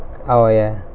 oh ya